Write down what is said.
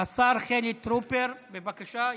השר חילי טרופר, בבקשה.